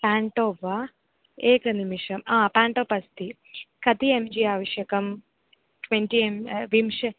pentop एकनिमिषम् आम् पेण्टोप् अस्ति कति एम् जी आवश्यकं ट्वेण्टि एम् विंशतिः